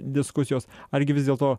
diskusijos ar gi vis dėlto